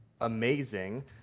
amazing